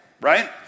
right